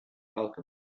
alchemist